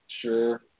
Sure